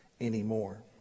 anymore